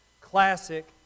classic